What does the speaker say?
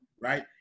right